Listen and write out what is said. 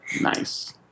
Nice